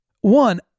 One